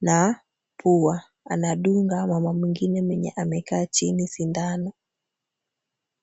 na pua, anadunga mama mwingine mwenye amekaa chini sindano.